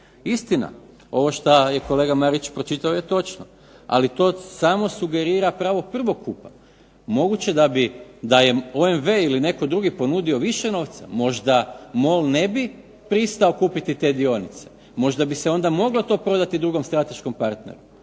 Istina, ovo šta je kolega Marić pročitao je točno, ali to samo sugerira pravo prvokupa. Moguće da bi, da je OMV ili netko drugi ponudio više novca, možda MOL ne bi pristao kupiti te dionice, možda bi se onda moglo to prodati drugom strateškom partneru.